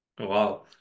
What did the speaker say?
Wow